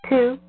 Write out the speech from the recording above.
Two